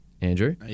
Andrew